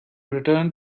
return